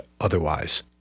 otherwise